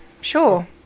sure